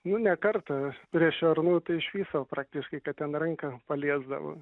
nu ne kartą prie šernų tai iš viso praktiškai kad ten ranka paliesdavo